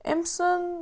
أمۍ سٕن